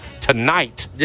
tonight